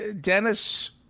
Dennis